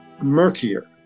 murkier